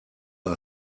are